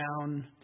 down